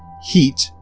heat,